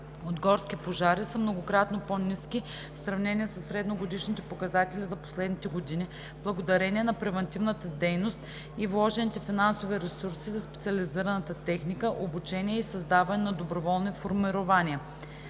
от горски пожари са многократно по-ниски в сравнение със средногодишните показатели за последните години, благодарение на превантивната дейност и вложените финансови ресурси за специализирана техника, обучение и създаване на доброволни формирования.